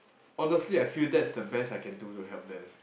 honestly I feel that's the best I can do to help them